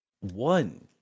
one